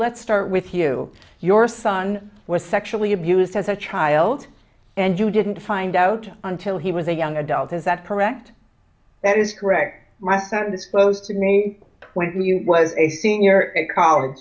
let's start with you your son was sexually abused as a child and you didn't find out until he was a young adult is that correct that is correct my sense both to me when you was a seeing your colle